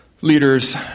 leaders